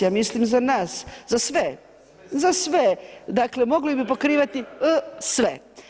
Ja mislim za nas, za sve, za sve, dakle mogli bi pokrivati sve.